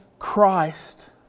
Christ